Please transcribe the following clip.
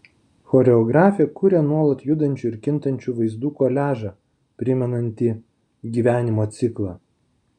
choreografė kuria nuolat judančių ir kintančių vaizdų koliažą primenantį gyvenimo ciklą